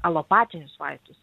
alopatinius vaistus